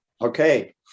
Okay